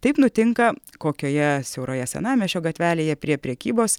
taip nutinka kokioje siauroje senamiesčio gatvelėje prie prekybos